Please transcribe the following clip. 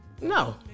No